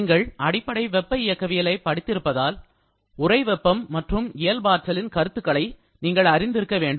நீங்கள் அடிப்படை வெப்ப இயக்கவியலைப் படித்திருப்பதால் உறைவெப்பம் மற்றும் இயல்பாற்றலின் கருத்துக்களை நீங்கள் அறிந்திருக்க வேண்டும்